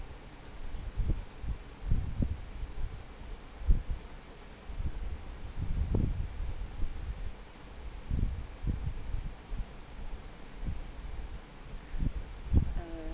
mm